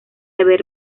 haber